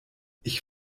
ich